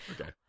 Okay